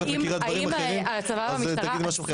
אם את מכירה דברים אחרים אז תגידי משהו.